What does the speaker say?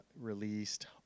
released